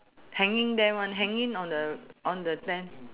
hanging there one hanging on the on the tent